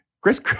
Chris